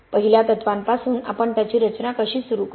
पहिल्या तत्त्वांपासून आपण त्याची रचना कशी सुरू करू